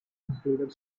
included